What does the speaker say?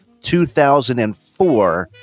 2004